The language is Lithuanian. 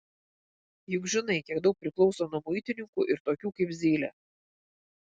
juk žinai kiek daug priklauso nuo muitininkų ir tokių kaip zylė